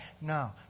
No